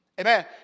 Amen